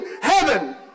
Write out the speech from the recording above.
heaven